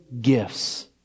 gifts